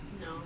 No